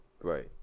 Right